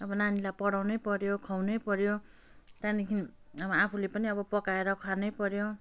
अब नानीलाई पढाउनै पऱ्यो खुवाउनै पऱ्यो त्यहाँदेखि अब आफूले पनि अब पकाएर खानै पऱ्यो